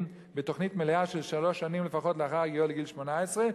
בתוכנית מלאה של שלוש שנים לפחות לאחר הגיעו לגיל 18,